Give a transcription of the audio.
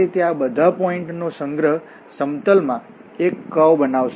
અને આ બધા પોઇન્ટ બિંદુઓ નો સંગ્રહ સમતલમાં એક કર્વ વળાંક બનાવશે